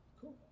Cool